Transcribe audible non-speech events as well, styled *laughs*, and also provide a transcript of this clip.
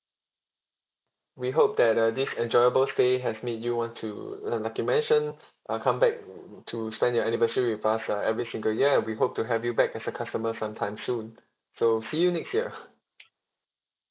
we hope that uh this enjoyable stay have made you want to li~ like you mentioned uh come back *noise* to spend your anniversary with us uh every single year and we hope to have you back as a customer sometime soon so see you next year *laughs*